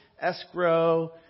escrow